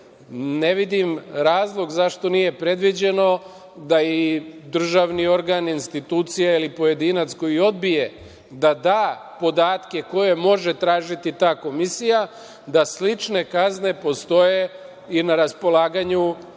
Ne vidim razlog zašto nije predviđeno da i državni organ, institucija, ili pojedinac koji odbije da da podatke koje može tražiti ta komisija, da slične kazne postoje i na raspolaganju